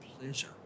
pleasure